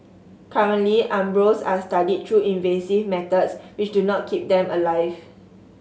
currently embryos are studied through invasive methods which do not keep them alive